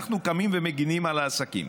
אנחנו קמים ומגינים על העסקים,